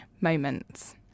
moments